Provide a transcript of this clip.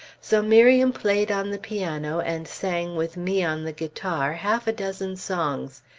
so miriam played on the piano, and sang with me on the guitar half a dozen songs,